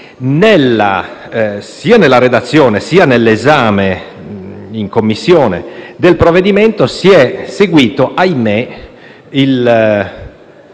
sia nella redazione, sia nell'esame in Commissione del provvedimento si è seguito, ahimè, il